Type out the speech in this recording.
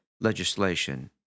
legislation